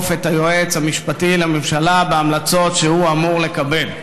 את היועץ המשפטי לממשלה בהמלצות שהוא אמור לקבל.